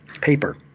paper